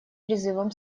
призывом